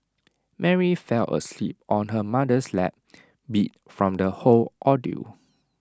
Mary fell asleep on her mother's lap beat from the whole ordeal